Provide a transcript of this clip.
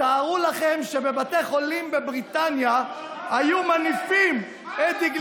תתארו לכם שבבתי חולים בבריטניה היו מניפים את דגלי,